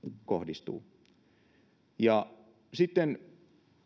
kohdistuvat sitten